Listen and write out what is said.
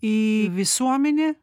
į visuomenę